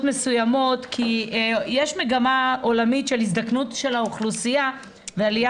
מסוימות כי יש מגמה עולמית של הזדקנות האוכלוסייה ועליה